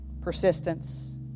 persistence